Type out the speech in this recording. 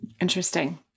Interesting